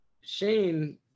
Shane